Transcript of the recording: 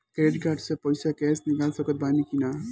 Credit card से पईसा cash निकाल सकत बानी की ना?